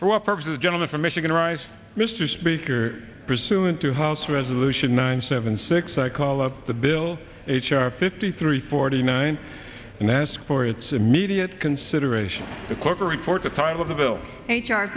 for what purposes gentleman from michigan arise mr speaker pursuant to house resolution nine seven six i call up the bill h r fifty three forty nine and ask for its immediate consideration to corporate